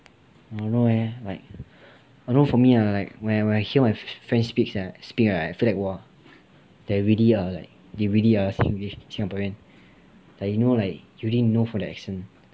don't know eh like I don't know for me lah like when I hear my friends speak sia speak right I feel like !wah! they are really are like ya singlish like singaporean like you know like usually you know from the accent